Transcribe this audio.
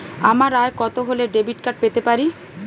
আমার আয় কত হলে ডেবিট কার্ড পেতে পারি?